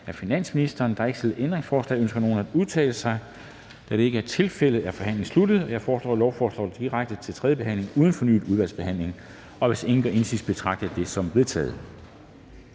Dam Kristensen): Der er ikke stillet ændringsforslag. Ønsker nogen at udtale sig? Da det ikke er tilfældet, er forhandlingen sluttet. Jeg foreslår, at lovforslaget går direkte til tredje behandling uden fornyet udvalgsbehandling. Hvis ingen gør indsigelse, betragter jeg det som vedtaget.